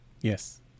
Yes